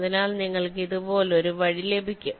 അതിനാൽ നിങ്ങൾക്ക് ഇതുപോലൊരു വഴി ലഭിക്കും